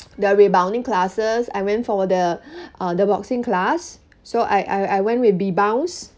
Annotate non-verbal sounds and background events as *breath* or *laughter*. the rebounding classes I went for the *breath* uh the boxing class so I I I went with bbounce